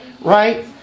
right